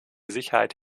sicherheit